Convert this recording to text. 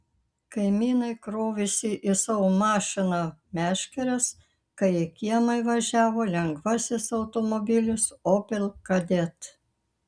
kaimynai krovėsi į savo mašiną meškeres kai į kiemą įvažiavo lengvasis automobilis opel kadett